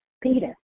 Peter